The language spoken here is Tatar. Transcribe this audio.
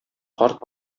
карт